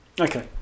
Okay